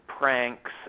pranks